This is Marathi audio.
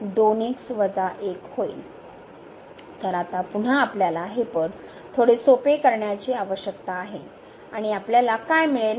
तर आता पुन्हा आपल्याला हे पद थोडे सोपे करण्याची आवश्यकता आहे आणि आपल्याला काय मिळेल